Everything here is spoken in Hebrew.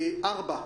דבר רביעי,